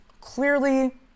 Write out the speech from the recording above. clearly